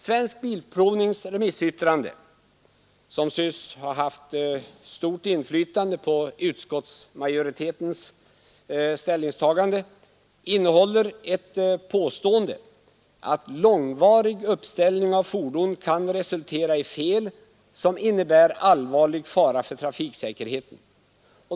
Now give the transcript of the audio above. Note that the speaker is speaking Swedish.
Svensk bilprovnings remissyttrande, som förefaller ha haft stort inflytande på utskottsmajoritetens ställningstagande, innehåller ett påstående att långvarig uppställning av fordon kan resultera i fel, som innebär allvarlig fara för trafiksäkerheten.